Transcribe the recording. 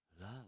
love